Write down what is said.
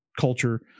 culture